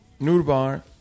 Nurbar